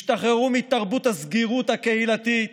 השתחררו מתרבות הסגירות הקהילתית